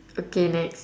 okay next